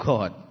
God